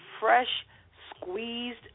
fresh-squeezed